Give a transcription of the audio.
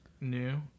new